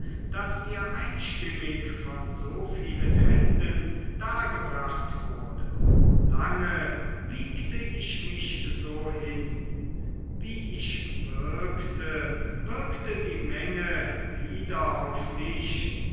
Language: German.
das mir einstimmig von so vielen händen dargebracht wurde lange wiegte ich mich so hin wie ich wirkte wirkte die menge wieder auf mich